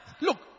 Look